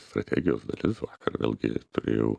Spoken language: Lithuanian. strategijos dalis vakar vėlgi turėjau